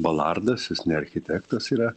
balardas jis ne architektas yra